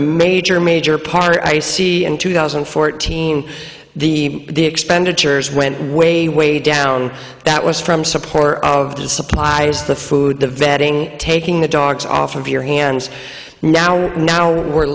major major part i see and two thousand and fourteen the the expenditures went way way down that was from support of the supplies the food the vetting taking the dogs off of your hands now now we're